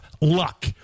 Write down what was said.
luck